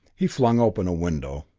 he flung open a window.